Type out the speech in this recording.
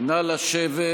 נא לשבת